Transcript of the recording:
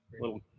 little